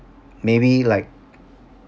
maybe like